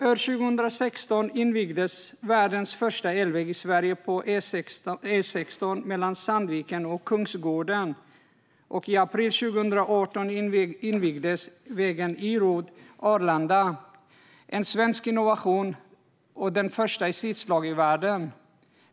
År 2016 invigdes i Sverige världens första elväg, på E16 mellan Sandviken och Kungsgården. Och i april 2018 invigdes även E-road Arlanda, som är en svensk innovation och den första i sitt slag i världen.